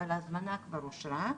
אבל ההזמנה כבר אושרה.